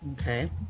Okay